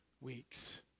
weeks